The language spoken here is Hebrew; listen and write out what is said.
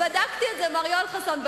בדקתי את זה, מר יואל חסון.